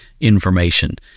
information